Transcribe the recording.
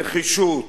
נחישות